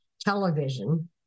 television